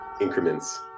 increments